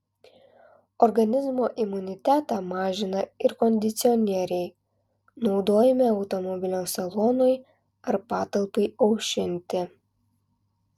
organizmo imunitetą mažina ir kondicionieriai naudojami automobilio salonui ar patalpai aušinti